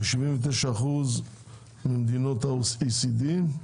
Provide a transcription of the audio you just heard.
הוא גבוה ב-75% ממדינות ה-OECD.